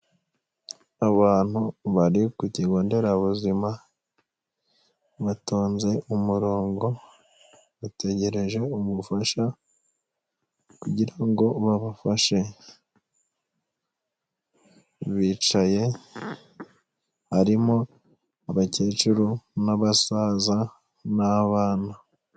Abantu bari ku kigo nderabuzima batonze umurongo, bategereje umufasha kugira ngo babafashe, mu bicaye harimo abakecuru n'abasaza n'abana.